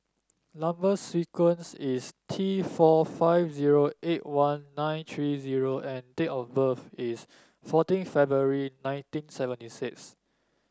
number sequence is T four five zero eight one nine three O and date of birth is fourteen February nineteen seventy six